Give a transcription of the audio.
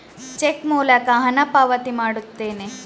check ಮೂಲಕ ಹಣ ಪಾವತಿ ಮಾಡುತ್ತೇನೆ